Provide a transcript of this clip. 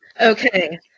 Okay